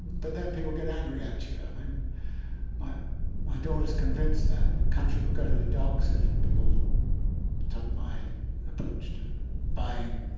but then people get angry at you. and um my my daughter is convinced that the country will go to the dogs if people took my approach to buying